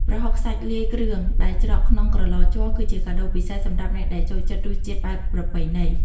ប្រហុកសាច់លាយគ្រឿងដែលច្រកក្នុងក្រឡជ័រ គឺជាកាដូពិសេសសម្រាប់អ្នកដែលចូលចិត្តរសជាតិបែបប្រពៃណី។